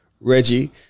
Reggie